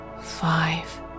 five